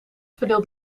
verdeelt